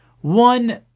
one